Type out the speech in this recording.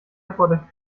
erfordert